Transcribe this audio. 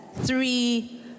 three